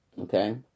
Okay